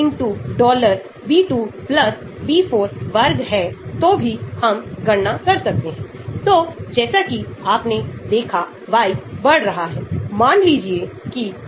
मैं benzoic acid जैसे यौगिकों के एक वर्ग के लिए एक QSAR का प्रदर्शन करता हूं और फिर मैं इसे कुछ अन्य diaryl प्रणालियों में विस्तारित करने की कोशिश करता हूं जो शायद काम न करें